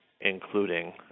including